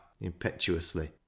impetuously